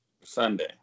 Sunday